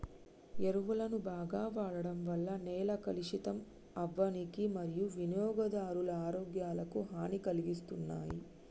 ఎరువులను బాగ వాడడం వల్ల నేల కలుషితం అవ్వనీకి మరియూ వినియోగదారుల ఆరోగ్యాలకు హనీ కలిగిస్తున్నాయి